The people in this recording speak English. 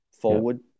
forward